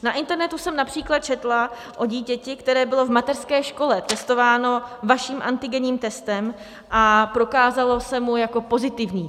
Na internetu jsem například četla o dítěti, které bylo v mateřské škole testováno vaším antigenním testem a prokázalo se jako pozitivní.